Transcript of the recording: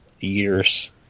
Years